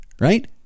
Right